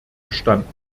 bestanden